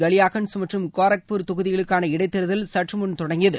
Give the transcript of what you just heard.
கலியாகன்ஸ் மற்றும் காரக்பூர் தொகுதிகளுக்கான இடைத் தேர்தல் சற்று முன் தொடங்கியது